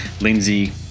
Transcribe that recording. Lindsay